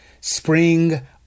spring